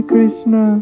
Krishna